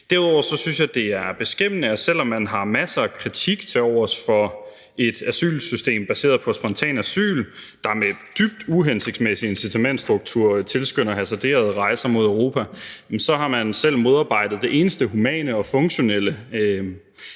Derudover synes jeg, at det er beskæmmende, at selv om man har masser af kritik tilovers for et asylsystem baseret på spontant asyl, der med en dybt uhensigtsmæssig incitamentstruktur tilskynder til hasarderede rejser mod Europa, så har man selv modarbejdet det eneste humane og funktionelle